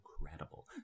incredible